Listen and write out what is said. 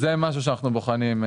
זה משהו שאנחנו בוחנים,